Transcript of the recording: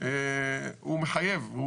הוא מחייב,